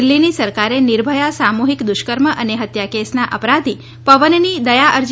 દિલ્ફીની સરકારે નિર્ભયા સામુહિક દુષ્કર્મ અને હત્યા કેસના અપરાધી પવનની દયા અરજી